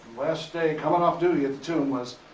last day coming off duty at the tomb was